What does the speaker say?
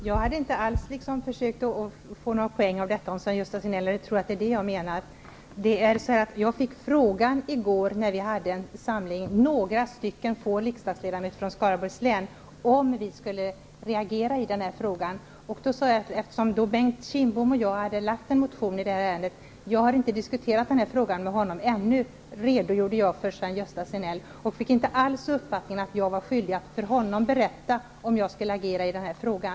Herr talman! Jag har inte försökt att ta någon poäng här, om Sven-Gösta Signell tror att jag är ute efter det. I går när vi hade en samling -- några få riksdagsledamöter från Skaraborgs län -- fick jag frågan om vi skulle reagera i den här frågan. Eftersom Bengt Kindbom och jag hade lagt en motion i detta ärende, sade jag att jag inte hade diskuterat frågan med honom. Jag redogjorde för detta för Sven-Gösta Signell. Jag fick inte alls den uppfattningen att jag var skyldig att berätta för honom om jag skulle agera i den här frågan.